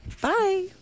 Bye